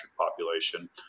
population